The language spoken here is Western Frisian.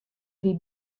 wie